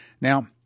Now